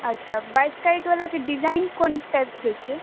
अच्छा बाइस कैरेटवलाके डिजाइन कोन टाइपसँ छै